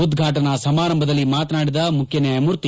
ಉದ್ವಾಟನಾ ಸಮಾರಂಭದಲ್ಲಿ ಮಾತನಾಡಿದ ಮುಖ್ಯ ನ್ಯಾಯಮೂರ್ತಿ